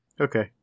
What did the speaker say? okay